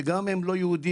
גם אם הם לא יהודים,